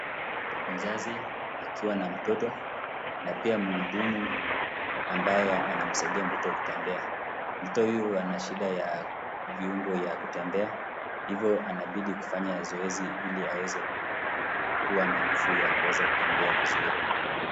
Mzazi akiwa na mtoto na pia mhudumu ambaye anamsaidia mtoto kutembea. Mtoto huyu ana shida ya viungo ya kutembea, hivo anabidi kufanya zoezi ili aweze kuwa na nguvu ya kuweza kutembea vizuri.